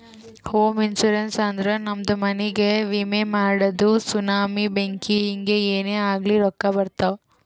ಹೋಮ ಇನ್ಸೂರೆನ್ಸ್ ಅಂದುರ್ ನಮ್ದು ಮನಿಗ್ಗ ವಿಮೆ ಮಾಡದು ಸುನಾಮಿ, ಬೆಂಕಿ ಹಿಂಗೆ ಏನೇ ಆಗ್ಲಿ ರೊಕ್ಕಾ ಬರ್ತಾವ್